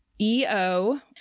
EO